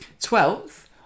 Twelfth